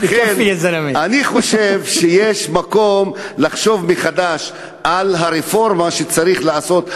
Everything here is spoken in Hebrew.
לכן אני חושב שיש מקום לחשוב מחדש על רפורמה שצריך לעשות.